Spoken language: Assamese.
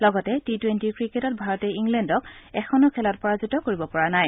লগতে টি টুৱেণ্টি ক্ৰিকেটত ভাৰতে ইংলেণ্ডক এখনো খেলত পৰাজিত কৰিব পৰা নাই